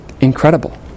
Incredible